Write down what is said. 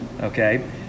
okay